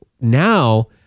now